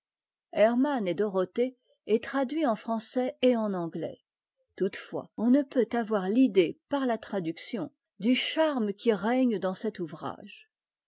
hermann et dorothée est traduit en français et en anglais toutefois on ne peut avoir t'idée parla traduction du charme qui règne dans cet ouvrage